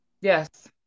Yes